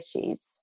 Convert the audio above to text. issues